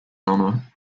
honour